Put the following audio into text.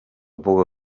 puga